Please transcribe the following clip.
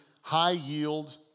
high-yield